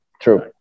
true